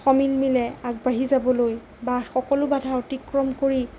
সমিল মিলে আগবাঢ়ি যাবলৈ বা সকলো বাধা অতিক্ৰম কৰি